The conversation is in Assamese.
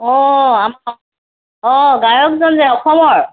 অঁ অঁ গায়কজন যে অসমৰ